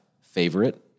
favorite